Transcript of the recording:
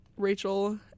Rachel